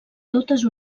totes